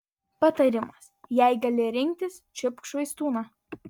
patarimas jei gali rinktis čiupk švaistūną